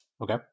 Okay